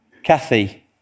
Kathy